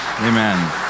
Amen